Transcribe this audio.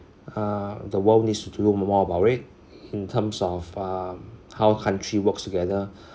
uh the world needs to do more about it in terms of um how country works together